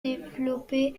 développé